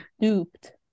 duped